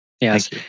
Yes